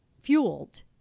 fueled